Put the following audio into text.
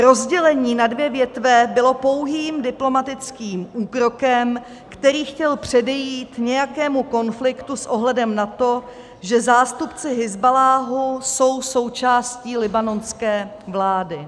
Rozdělení na dvě větve bylo pouhým diplomatickým úkrokem, který chtěl předejít nějakému konfliktu s ohledem na to, že zástupci Hizballáhu jsou součástí libanonské vlády.